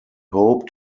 hope